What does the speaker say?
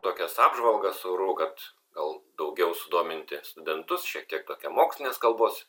tokias apžvalgas orų kad gal daugiau sudominti studentus šiek tiek tokia mokslinės kalbos